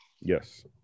Yes